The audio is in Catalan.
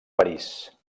parís